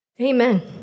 Amen